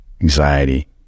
anxiety